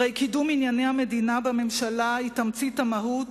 הרי קידום ענייני המדינה בממשלה הוא תמצית המהות